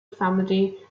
family